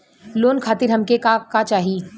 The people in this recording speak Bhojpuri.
लोन खातीर हमके का का चाही?